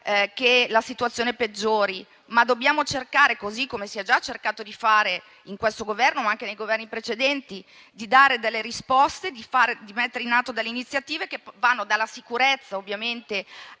che la situazione peggiori, ma dobbiamo cercare - così ha già cercato di fare questo Governo, ma anche i Governi precedenti - di dare delle risposte e di mettere in atto delle iniziative che vanno dalla sicurezza alla